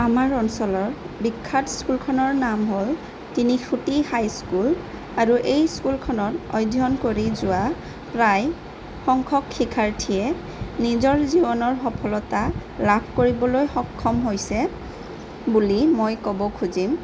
আমাৰ অঞ্চলৰ বিখ্যাত স্কুলখনৰ নাম হ'ল তিনিখুটি হাইস্কুল আৰু এই স্কুলখনত অধ্যয়ন কৰি যোৱা প্ৰায়সংখ্যক শিক্ষাৰ্থীয়ে নিজৰ জীৱনৰ সফলতা লাভ কৰিবলৈ সক্ষম হৈছে বুলি মই ক'ব খুজিম